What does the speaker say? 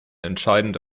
entscheidende